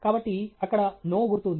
కాబట్టి అక్కడ NO గుర్తు ఉంది